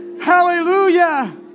Hallelujah